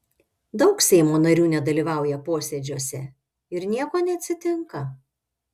daug seimo narių nedalyvauja posėdžiuose ir nieko neatsitinka